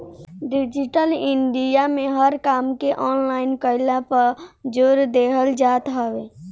digital India में हर काम के ऑनलाइन कईला पअ जोर देहल जात हवे